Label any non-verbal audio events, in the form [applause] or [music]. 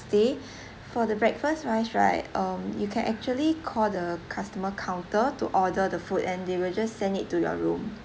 stay [breath] for the breakfast wise right um you can actually call the customer counter to order the food and they will just send it to your room